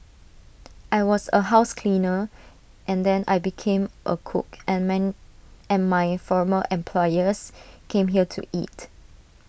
I was A house cleaner and then I became A cook and man and my former employers came here to eat